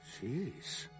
Jeez